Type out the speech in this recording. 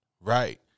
Right